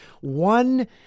One